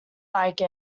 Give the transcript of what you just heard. like